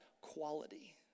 quality